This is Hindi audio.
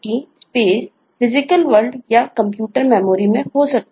तो यह फिजिकल वर्ल्ड कर सके